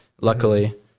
luckily